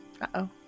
Uh-oh